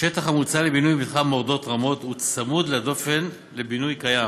השטח המוצע לבינוי במתחם מורדות רמות הוא צמוד לדופן בינוי קיים.